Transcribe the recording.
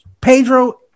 Pedro